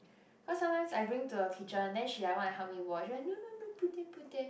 cause sometimes I bring to the kitchen then she like wanna help me wash like no no no put there put there